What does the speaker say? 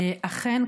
אכן,